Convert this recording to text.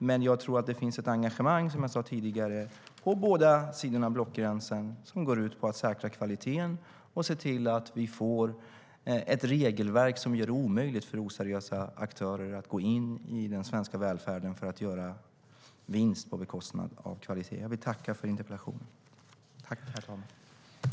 Men jag tror att det finns ett engagemang, som jag sade tidigare, på båda sidor av blockgränsen som går ut på att säkra kvaliteten och se till att vi får ett regelverk som gör det omöjligt för oseriösa aktörer att gå in i den svenska välfärden för att göra vinst på bekostnad av kvalitet. Överläggningen var härmed avslutad.